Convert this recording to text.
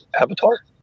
avatar